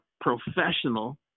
professional